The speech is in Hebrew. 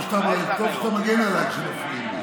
טוב שאתה מגן עליי כשמפריעים לי.